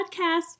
podcast